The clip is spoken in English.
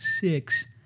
six